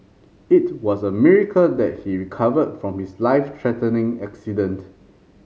it was a miracle that he recovered from his life threatening accident